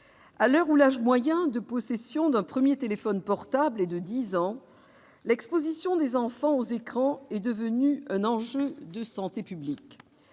à l'heure où l'âge moyen de possession d'un premier téléphone portable est de dix ans, l'exposition des enfants aux écrans est devenue un enjeu de santé publique.